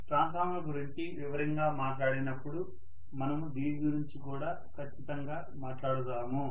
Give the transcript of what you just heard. transformer గురించి వివరంగా మాట్లాడినపుడు మనము దీని గురించి కూడా ఖచ్చితంగా మాట్లాడుదాము